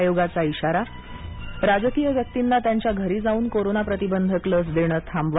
आयोगाचा इशारा राजकीय व्यक्तींना त्यांच्या घरी जाऊन कोरोना प्रतिबंधक लस देणं थांबवा